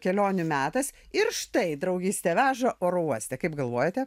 kelionių metas ir štai draugystė veža oro uoste kaip galvojate